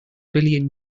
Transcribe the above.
billion